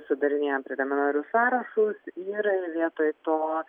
sudarinėjom preliminarius sąrašus ir vietoj to